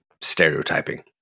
stereotyping